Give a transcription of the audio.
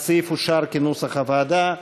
הסעיף אושר כנוסח הוועדה.